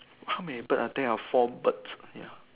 how many bird are there are four birds ya